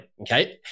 okay